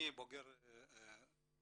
אני בוגר האוניברסיטה,